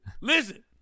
listen